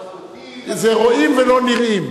אבל, זה רואים ולא נראים.